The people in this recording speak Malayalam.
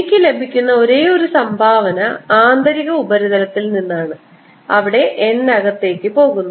എനിക്ക് ലഭിക്കുന്ന ഒരേയൊരു സംഭാവന ആന്തരിക ഉപരിതലത്തിൽ നിന്നാണ് അവിടെ n അകത്തേക്ക് പോകുന്നു